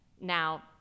Now